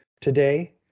today